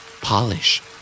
Polish